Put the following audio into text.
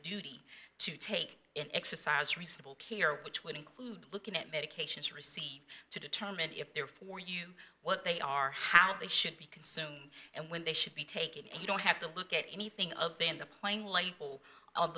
duty to take exercise reasonable care which would include looking at medications receipt to determine if they're for you what they are how they should be consumed and when they should be taking and you don't have to look at anything other than the plain label o